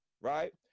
Right